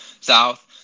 South